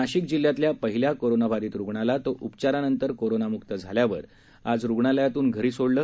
नाशिक जिल्ह्यातल्या पहिल्या कोरोनाबाधित रुग्णाला तो उपचारानंतर कोरोनामुक्त झाल्यावर आज रुग्णालयातून घरी सोडलं